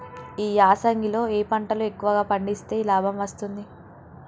ఈ యాసంగి లో ఏ పంటలు ఎక్కువగా పండిస్తే లాభం వస్తుంది?